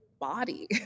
body